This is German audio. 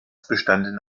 bestanden